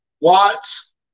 Watts